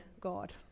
God